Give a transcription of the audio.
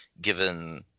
given